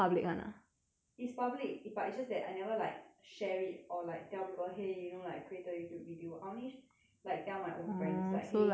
it's public but it's just that I never like share it or like tell people !hey! you know like I created a youtube video I only like tell my own friends like !hey! you can go and watch it